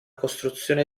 costruzione